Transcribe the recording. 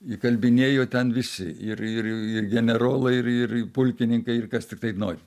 įkalbinėjo ten visi ir ir ir generolai ir ir pulkininkai ir kas tiktai no